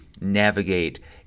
navigate